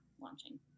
launching